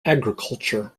agriculture